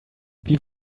wie